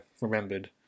remembered